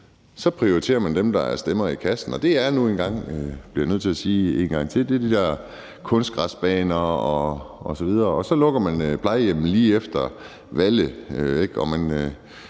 så prioriterer de områder, hvor der er stemmer i kassen, og det er nu engang – det bliver jeg nødt til at sige en gang til – de der kunstgræsbaner osv. Så lukker man plejehjemmet lige efter valget, og man